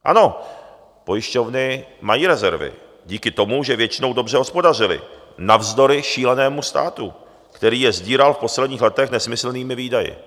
Ano, pojišťovny mají rezervy díky tomu, že většinou dobře hospodařily navzdory šílenému státu, který je sdíral v posledních letech nesmyslnými výdaji.